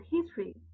history